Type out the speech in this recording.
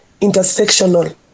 intersectional